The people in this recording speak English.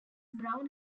brown